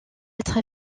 être